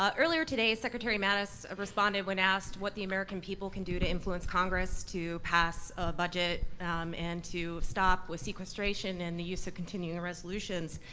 ah earlier today, secretary mattis responded, when asked what the american people can do to influence congress to pass a budget and to stop with sequestration and the use of continuing resolutions.